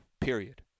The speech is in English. period